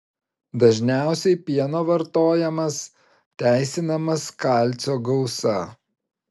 dažniausiai pieno vartojamas teisinamas kalcio gausa